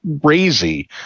crazy